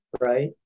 right